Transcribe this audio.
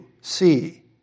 see